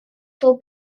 fou